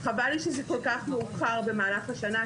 חבל לי שזה כל כך מאוחר במהלך השנה,